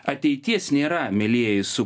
ateities nėra mielieji su